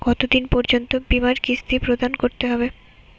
কতো দিন পর্যন্ত বিমার কিস্তি প্রদান করতে হবে?